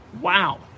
Wow